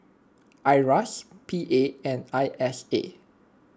Iras P A and I S A